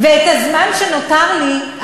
ואת הזמן שנותר לי,